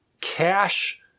Cash